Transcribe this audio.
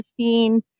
15